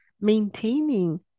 maintaining